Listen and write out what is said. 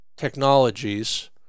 technologies